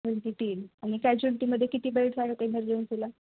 vanity तीन आणि कॅज्युलिटीमध्ये किती बेड राहतात एमर्जन्सीला